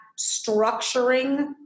structuring